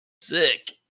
sick